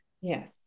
Yes